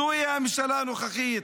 זוהי הממשלה הנוכחית.